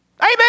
Amen